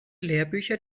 lehrbücher